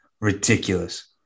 ridiculous